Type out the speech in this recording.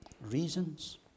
reasons